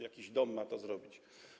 Jakiś dom ma to zrobić.